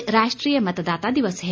आज राष्ट्रीय मतदाता दिवस है